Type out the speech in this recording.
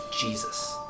Jesus